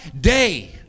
day